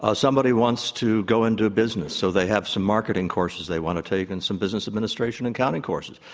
ah somebody once want to go into business, so they have some marketing courses they want to take and some business administration and accounting courses.